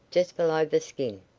just below the skin.